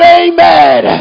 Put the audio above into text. amen